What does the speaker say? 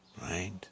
right